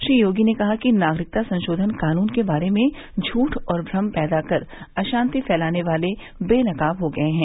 श्री योगी ने कहा कि नागरिकता संशोधन कानून के बारे में झूठ और भ्रम पैदा कर अशांति फैलाने वाले बेनकाब हो गए हैं